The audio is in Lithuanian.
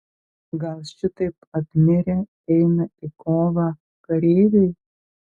gal šitaip apmirę eina į kovą kareiviai